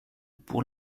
pour